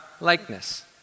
likeness